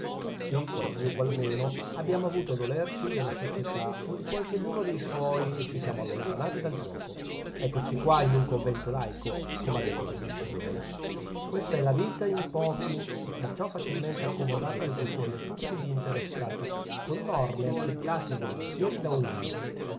tutti qual più qual meno abbiamo avuto a dolerci della società o di qualcheduno dei suoi e ci siamo allontanati dal giuoco eccoci qua in un convento laico come ha detto benissimo lei questa è la vita in pochi e perciò facilmente accomodata al gusto di tutti gli interessati con norme accettate volentieri da ognuno